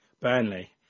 Burnley